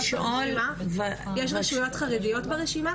יש רשויות חרדיות ברשימה?